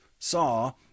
saw